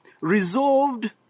resolved